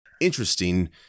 interesting